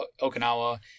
Okinawa